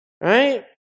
Right